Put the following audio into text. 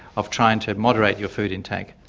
of trying to moderate your food intake.